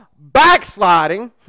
backsliding